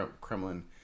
kremlin